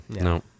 no